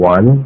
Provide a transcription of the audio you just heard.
One